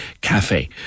Cafe